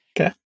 okay